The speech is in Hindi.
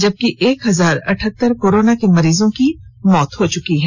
जबकि एक हजार अटठहतर कोरोना के मरीज की मौत हो चुकी है